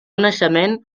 naixement